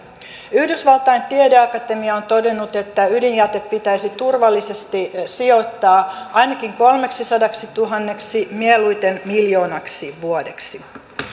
yhdysvaltain tiedeakatemia on todennut että ydinjäte pitäisi turvallisesti sijoittaa ainakin kolmeksisadaksituhanneksi mieluiten miljoonaksi vuodeksi